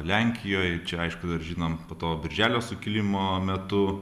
lenkijoj čia aišku dar žinom po to birželio sukilimo metu